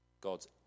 God's